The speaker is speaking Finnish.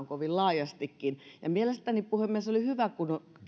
kovin laajastikin mielestäni puhemies oli hyvä kun